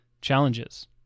challenges